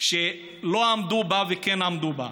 שלא עמדו בה, וכן עמדו בה.